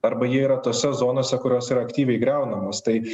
arba jie yra tose zonose kurios yra aktyviai griaunamos tai